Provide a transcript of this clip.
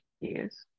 yes